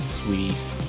sweet